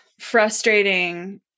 frustrating